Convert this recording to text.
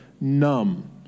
numb